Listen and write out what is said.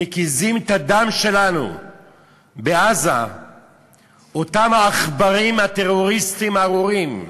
שמקיזים את הדם שלנו בעזה אותם העכברים הטרוריסטים הארורים,